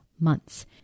months